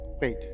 wait